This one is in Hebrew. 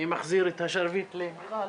אני מחזיר את השרביט למיכל.